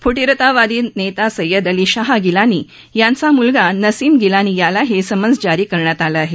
फुटीरतावादी नेता सय्यद अली शाह गिलानी यांचा मुलगा नसीम गिलानी यालाही समन्स जारी करण्यात आलं आहे